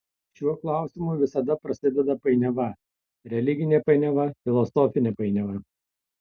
šiuo klausimu visada prasideda painiava religinė painiava filosofinė painiava